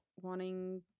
wanting